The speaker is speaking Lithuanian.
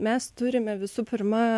mes turime visų pirma